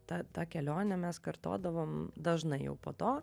tą tą kelionę mes kartodavom dažnai jau po to